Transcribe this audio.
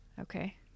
Okay